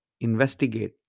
investigate